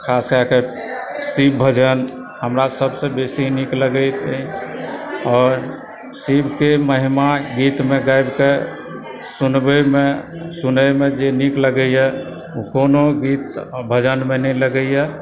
खास कए कऽ शिव भजन हमरा सबसँ बेसी नीक लगैत अछि और शिवके महिमा गीतमे गाबिके सुनबएमे सुनैमे जे नीक लगए यऽ कोनो गीत भजनमे नहि लगैया